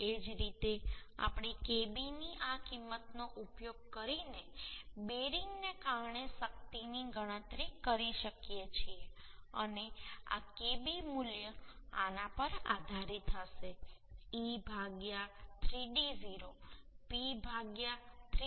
એ જ રીતે આપણે Kb ની આ કિંમતનો ઉપયોગ કરીને બેરિંગને કારણે શક્તિની ગણતરી કરી શકીએ છીએ અને આ Kb મૂલ્ય આના પર આધારિત હશે e 3d0 P 3d0 0